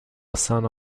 استان